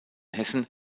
hessen